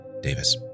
Davis